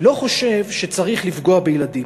לא חושב שצריך לפגוע בילדים.